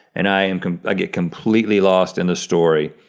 and i and ah get completely lost in the story.